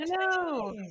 hello